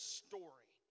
story